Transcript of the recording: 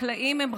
חקלאים הם רעים?